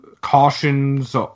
cautions